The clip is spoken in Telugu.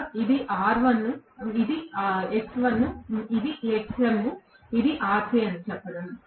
ఇలా ఇది R1 ఇది X1 ఇది Xm ఇది Rc అని చెప్పడం